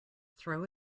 throw